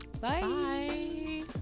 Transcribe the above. Bye